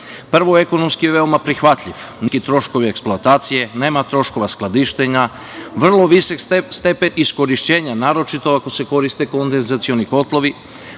Prvo ekonomski je veoma prihvatljiv, niski troškovi eksploatacije, nema troškova skladištenja, vrlo visok stepen iskorišćenja, naročito ako se koriste kondezacioni kotlovi,